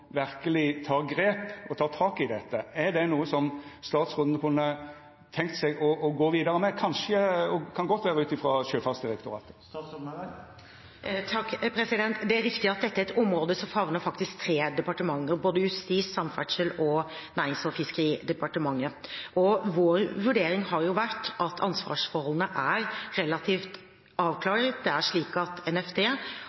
grep og tek tak i dette? Er det noko som statsråden kunne tenkja seg å gå vidare med – det kan godt vera ut frå Sjøfartsdirektoratet? Det er riktig at dette er et område som faktisk favner tre departementer, både Justisdepartementet, Samferdselsdepartementet og Nærings- og fiskeridepartementet, og vår vurdering har vært at ansvarsforholdene er relativt